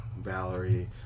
Valerie